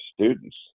students